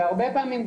שהרבה פעמים,